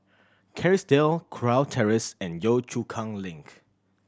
Kerrisdale Kurau Terrace and Yio Chu Kang Link